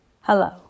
Hello